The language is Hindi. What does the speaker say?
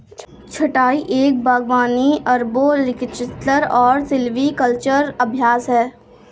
छंटाई एक बागवानी अरबोरिकल्चरल और सिल्वीकल्चरल अभ्यास है